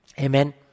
Amen